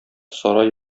сарай